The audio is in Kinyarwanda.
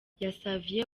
yasavye